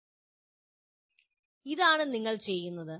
ഇതാണ് നിങ്ങൾ ചെയ്യുന്നത്